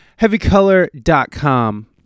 Heavycolor.com